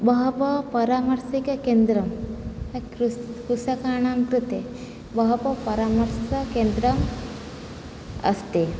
बहवः परामर्शिककेन्द्रं कृषकाणाम् कृते बहवः परामर्शकेन्द्रम् अस्ति